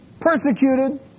persecuted